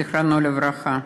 זיכרונו לברכה,